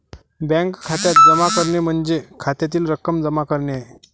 bank खात्यात जमा करणे म्हणजे खात्यातील रक्कम जमा करणे आहे